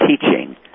teaching